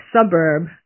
suburb